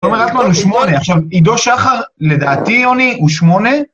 תומר אלטמן הוא שמונה. עידו שחר, לדעתי, יוני, הוא שמונה.